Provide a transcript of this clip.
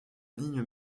ligne